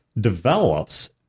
develops